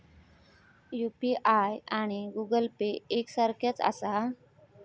UPI आणि Google Pay एक सारख्याच आसा?